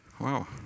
wow